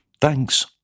Thanks